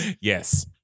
Yes